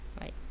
right